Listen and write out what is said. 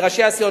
לראשי הסיעות,